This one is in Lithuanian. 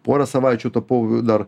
porą savaičių tapau dar